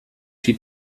die